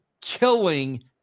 killing